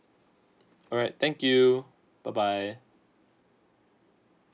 alright thank you bye bye